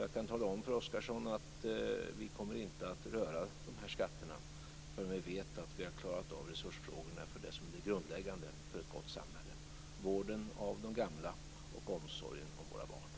Jag kan tala om för Oscarsson att vi inte kommer att röra dessa skatter förrän vi vet att vi har klarat av resursfrågorna för det som är det grundläggande för ett gott samhälle, nämligen vården av de gamla och omsorgen om våra barn.